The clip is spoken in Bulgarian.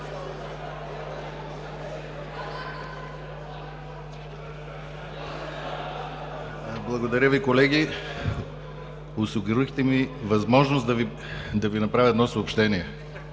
Благодаря Ви, колеги! Осигурихте ми възможност да Ви направя съобщение.